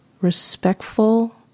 respectful